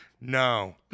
no